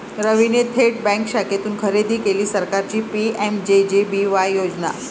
रवीने थेट बँक शाखेतून खरेदी केली सरकारची पी.एम.जे.जे.बी.वाय योजना